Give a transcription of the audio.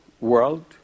world